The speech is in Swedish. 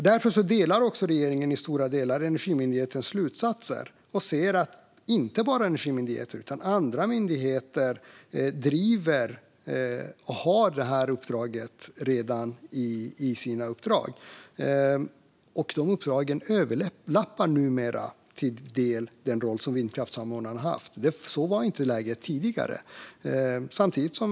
Därför håller regeringen också i stora delar med om Energimyndighetens slutsatser och ser att inte bara Energimyndigheten utan även andra myndigheter redan driver på och har det i sina uppdrag. De uppdragen överlappar numera till del den roll som vindkraftssamordnarna har haft. Så var det inte tidigare.